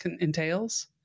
entails